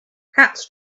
cats